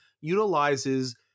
utilizes